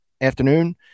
afternoon